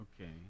Okay